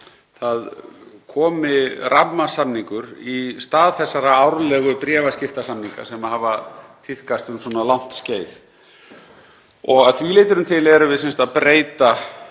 það komi rammasamningur í stað þessara árlegu bréfaskiptasamninga sem hafa tíðkast um langt skeið. Að því leytinu til erum við að breyta